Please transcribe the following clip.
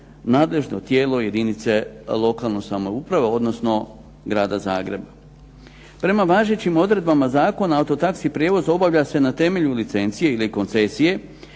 nadležno tijelo jedinica lokalne samouprave, odnosno Grada Zagreba. Prema važećim zakona auto taxi prijevoz obavlja se na temelju licencije ili koncesije